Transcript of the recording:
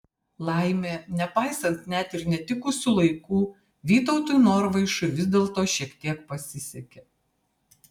laimė nepaisant net ir netikusių laikų vytautui norvaišui vis dėlto šiek tiek pasisekė